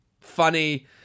funny